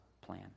plan